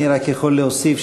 אני רק יכול להוסיף,